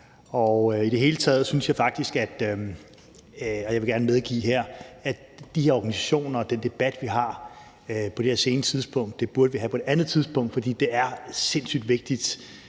I det hele taget synes jeg faktisk, og det vil jeg gerne medgive her, at den debat, vi har på det her sene tidspunkt, burde vi have på et andet tidspunkt, for det, som vi